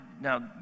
now